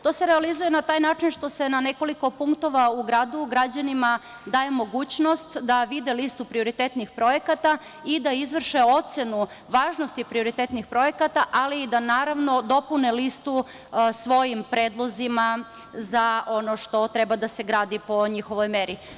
To se realizuje na taj način što se na nekoliko punktova u gradu građanima daje mogućnost da vide listu prioritetnih projekata i da izvrše ocenu važnosti prioritetnih projekata, ali i da naravno dopune listu svojim predlozima za ono što treba da se gradi po njihovoj meri.